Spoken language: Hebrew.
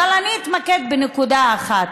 אבל אני אתמקד בנקודה אחת.